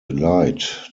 leid